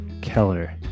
Keller